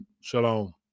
Shalom